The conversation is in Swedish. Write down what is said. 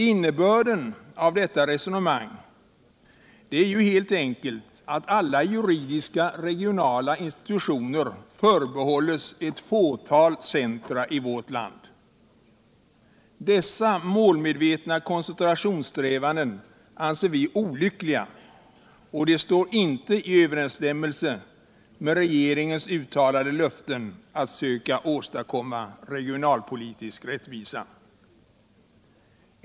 Innebörden av detta resonemang är ju helt enkelt att alla juridiska regionala institutioner förbehålles ett fåtal centra i vårt land. Dessa målmedvetna koncentrationssträvanden anser vi olyckliga, och de står inte i överensstämmelse med regeringens uttalade löften att söka åstadkomma regionalpolitisk rättvisa.